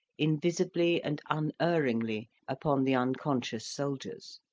invisibly and unerringly upon the unconscious soldiers